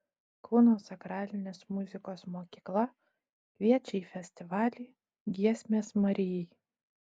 kauno sakralinės muzikos mokykla kviečia į festivalį giesmės marijai